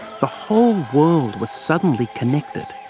the whole world was suddenly connected.